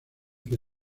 que